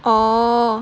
oh